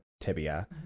tibia